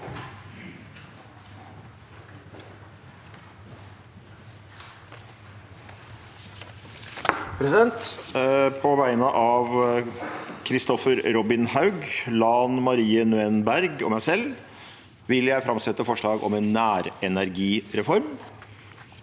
presentantene Kristoffer Robin Haug, Lan Marie Nguyen Berg og meg selv vil jeg framsette et forslag om en nærenergireform.